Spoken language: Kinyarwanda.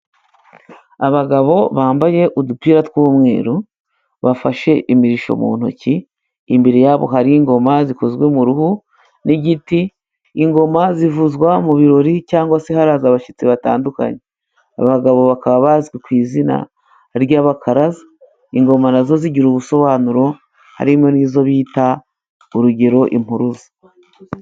Abagabo bambaye udupira tw'umweru， bafashe imirishyo mu ntoki， imbere yabo hari ingoma zikozwe mu ruhu n'igiti， ingoma zivuzwa mu birori， cyangwa se haraza abashyitsi batandukanye， abagabo bakaba bazwi ku izina ry'abakaraza， ingoma nazo zigira ubusobanuro， harimo n'izo bita urugero： Impuruza.